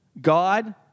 God